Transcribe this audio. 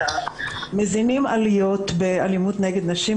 מזינים עליות באלימות נגד נשים,